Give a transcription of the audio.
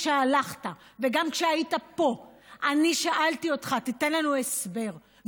כשהלכת וגם כשהיית פה אני שאלתי אותך: תיתן לנו הסבר,